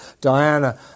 Diana